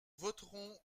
voterons